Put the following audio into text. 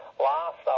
last